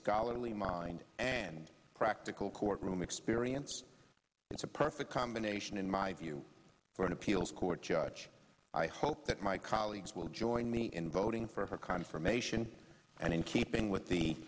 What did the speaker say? scholarly mind and practical courtroom experience it's a perfect combination in my view for an appeals court judge i hope that my colleagues will join me in voting for confirmation and in keeping with the